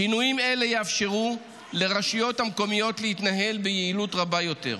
שינויים אלה יאפשרו לרשויות המקומיות להתנהל ביעילות רבה יותר,